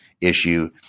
issue